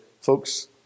folks